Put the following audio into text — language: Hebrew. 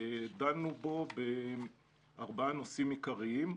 דנו בו בארבעה נושאים עיקריים.